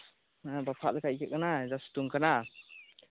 ᱦᱮᱸ ᱵᱟᱯᱷᱟᱜ ᱞᱮᱠᱟ ᱟᱭᱠᱟᱹᱜ ᱠᱟᱱᱟ ᱡᱟ ᱥᱤᱛᱩᱝ ᱠᱟᱱᱟ